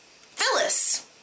Phyllis